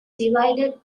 divided